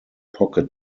pocket